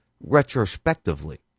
retrospectively